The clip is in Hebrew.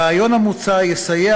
הרעיון המוצע יסייע,